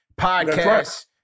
Podcast